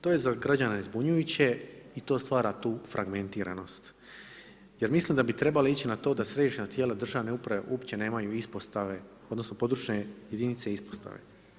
To je za građane zbunjujuće i to stvara tu fragmentiranost, jer mislim da bi trebali ići na to da središnja tijela državne uprave uopće nemaju ispostave odnosno područne jedinice i ispostave.